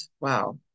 wow